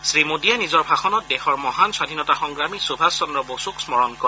শ্ৰীমোদীয়ে নিজৰ ভাষণত দেশৰ মহান স্বাধীনতা সংগ্ৰামী সুভাষ চন্দ্ৰ বসুক স্মৰণ কৰে